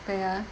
ya